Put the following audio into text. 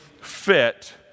fit